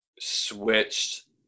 switched